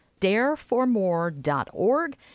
Dareformore.org